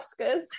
oscars